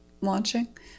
launching